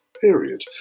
period